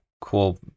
cool